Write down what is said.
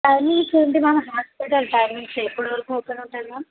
timings ఏంటి ma'am hospital timings ఎప్పటి వరకు ఓపెన్ ఉంటుంది మ్యామ్